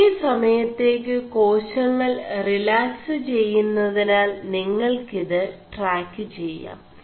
കുെറ സമയേø ് േകാശÆൾ റിലാക്സ് െചgMതിനാൽ നിÆൾ ിത് 4ടാ ് െചാം